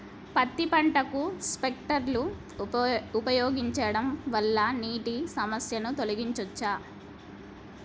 పత్తి పంటకు స్ప్రింక్లర్లు ఉపయోగించడం వల్ల నీటి సమస్యను తొలగించవచ్చా?